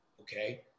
Okay